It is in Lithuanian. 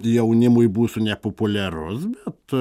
jaunimui būsiu nepopuliarus bet